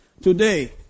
Today